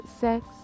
sex